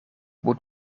moet